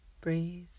breathe